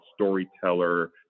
storyteller